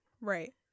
right